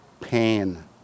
pain